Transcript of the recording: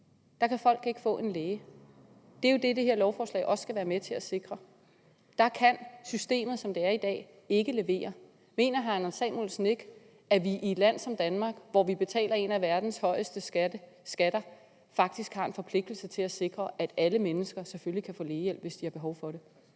Der kan folk ikke få en læge. Det er jo det, det her lovforslag også skal være med til at sikre. Der kan systemet, som det er i dag, ikke levere. Mener hr. Anders Samuelsen ikke, at vi i et land som Danmark, hvor vi betaler nogle af verdens højeste skatter, faktisk har en forpligtelse til at sikre, at alle mennesker selvfølgelig kan få lægehjælp, hvis der behov for det?